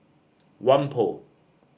Whampoa